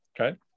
Okay